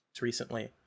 recently